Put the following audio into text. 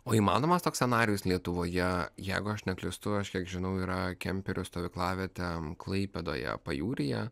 o įmanomas toks scenarijus lietuvoje jeigu aš neklystu aš kiek žinau yra kemperių stovyklavietė klaipėdoje pajūryje